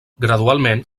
gradualment